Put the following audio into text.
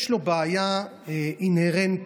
יש לו בעיה אינהרנטית,